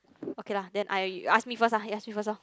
okay lah then I you ask first lah you ask me first lor